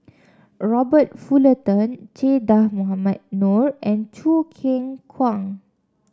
Robert Fullerton Che Dah Mohamed Noor and Choo Keng Kwang